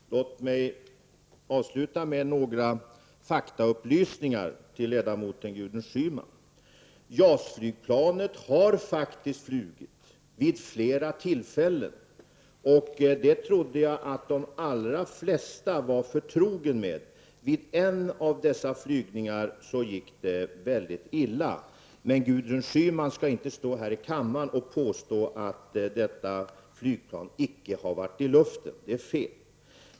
Herr talman! Låt mig avsluta med några faktaupplysningar till ledamoten Gudrun Schyman. JAS-flygplanet har faktiskt flugit vid flera tillfällen, och det trodde jag att de allra flesta var förtrogna med. Vid en av dessa flygningar gick det mycket illa. Men Gudrun Schyman skall inte stå här i kammaren och påstå att detta flygplan inte har varit i luften, det är fel.